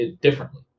Differently